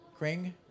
Kring